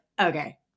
okay